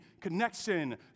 connection